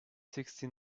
sixty